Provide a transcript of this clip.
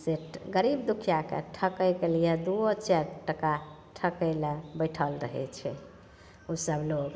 से तऽ गरीब दुखियाके ठकैके लिये दूओ चारि टका ठकै लए बैठल रहै छै ओसब लोग